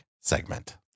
segment